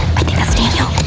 i think that's daniel.